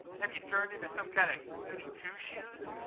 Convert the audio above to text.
have you turned into some kind of goody-two-shoes?